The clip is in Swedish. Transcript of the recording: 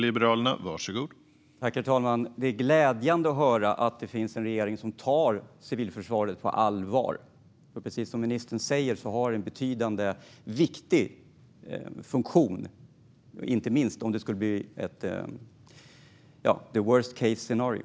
Herr talman! Det är glädjande att höra att det finns en regering som tar civilförsvaret på allvar. Precis som ministern säger har det en betydande, viktig funktion - inte minst om det skulle bli ett worst case scenario.